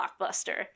blockbuster